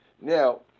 Now